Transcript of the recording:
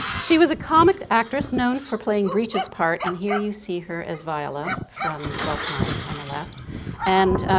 she was a comic actress known for playing breeches part and here you see her as viola from twelfth night on the left and